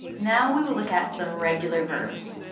now we will look at some regular verbs.